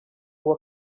uwe